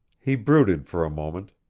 he brooded for a moment,